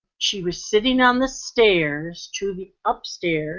she was sitting on the stairs to the upstairs